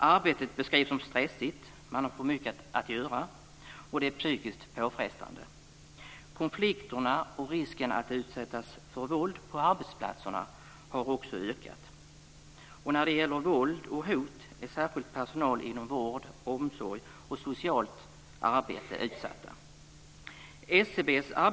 Arbetet beskrivs som stressigt, man har för mycket att göra, och det är psykiskt påfrestande. Konflikterna och risken att utsättas för våld på arbetsplatserna har också ökat. När det gäller våld och hot är särskilt personal inom vård, omsorg och socialt arbete utsatt.